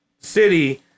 city